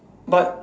but